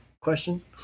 question